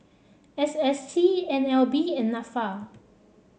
S S T N L B and NASA